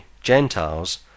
gentiles